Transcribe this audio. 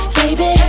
baby